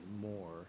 more